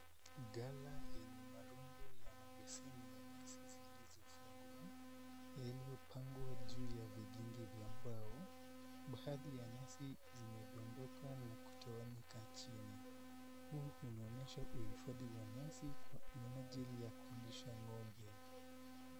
Gala lenye marundo ya mabeseni ya nyasi zilizofungwa yaliyopangwa juu ya vigingi vya mbao. Baadhi ya nyasi zimedondoka na kutawanyika chini. Huu unaonyesha uhifadhi wa nyasi kwa minajili ya kulisha ng'ombe.